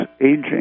aging